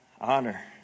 honor